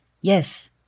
Yes